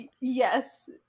Yes